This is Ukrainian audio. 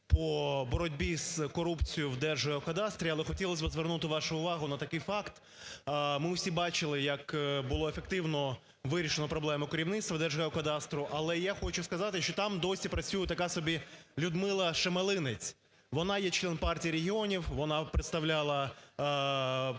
по боротьбі з корупцією в "Держгеокадастрі". Але хотілось би звернути вагу увагу на такий факт, ми всі бачили як було ефективно вирішено проблему керівництва "Держгеокадастру". Але я хочу сказати, що там і досі працює така собі Людмила Шемелинець, вона є член Партії регіонів, вона представляла